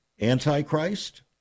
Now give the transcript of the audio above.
Antichrist